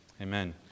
Amen